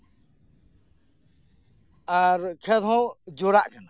ᱟᱨ ᱠᱷᱮᱛ ᱦᱚᱸ ᱡᱚᱨᱟᱜ ᱠᱟᱱᱟ